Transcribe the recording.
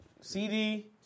CD